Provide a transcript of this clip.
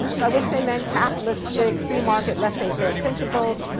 by which they meant capitalistic free-market laissez faire principles,